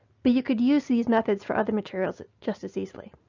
but you could use these methods for other materials just as easily.